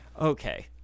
Okay